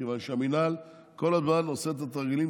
כיוון שהמינהל כל הזמן עושה את התרגילים